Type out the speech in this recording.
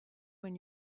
when